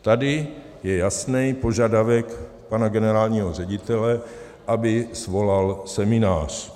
Tady je jasný požadavek pana generálního ředitele, aby svolal seminář.